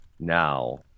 Now